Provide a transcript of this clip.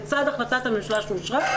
לצד החלטת הממשלה שאושרה,